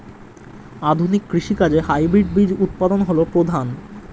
আধুনিক কৃষি কাজে হাইব্রিড বীজ উৎপাদন হল প্রধান